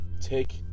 take